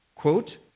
Quote